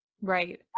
Right